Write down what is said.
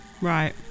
Right